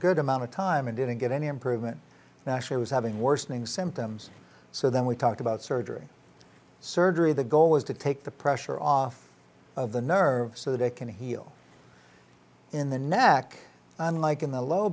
good amount of time and didn't get any improvement national was having worsening symptoms so then we talked about surgery surgery the goal was to take the pressure off of the nerves so they can heal in the neck unlike in the low